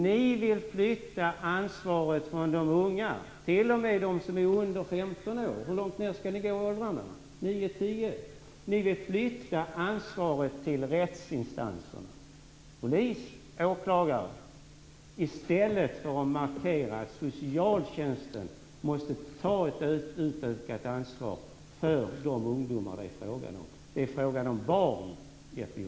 Ni vill flytta ansvaret för de unga, t.o.m. de som är under 15 år - hur långt ned i åldrarna skall det gå, till nio tio år - till rättsinstanserna polis och åklagare i stället för att markera att socialtjänsten måste ta ett utökat ansvar för ungdomarna i fråga. Det är fråga om barn, Jeppe